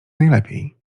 najlepiej